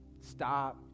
Stop